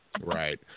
Right